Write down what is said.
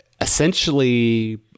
essentially